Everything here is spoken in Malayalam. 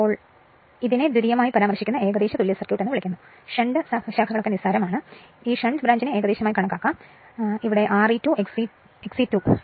അതിനാൽ ഇതിനെ ദ്വിതീയമായി പരാമർശിക്കുന്ന ഏകദേശ തുല്യ സർക്യൂട്ട് എന്ന് വിളിക്കുന്നു ഷണ്ട് ശാഖകൾ നിസ്സാരമാണ് ഞാൻ ഉദ്ദേശിക്കുന്നത് ഈ ഷണ്ട് ബ്രാഞ്ചിനെ ഞങ്ങൾ ഏകദേശമായി കണക്കാക്കുന്നു എല്ലാം ഏകദേശമാണ് അവഗണിക്കപ്പെടുന്നു